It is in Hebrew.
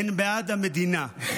הן בעד המדינה.